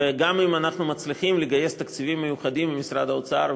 וגם אם אנחנו מצליחים לגייס תקציבים מיוחדים ממשרד האוצר,